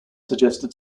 suggested